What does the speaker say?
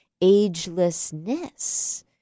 agelessness